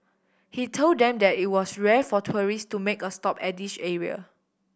he told them that it was rare for tourists to make a stop at this area